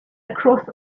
across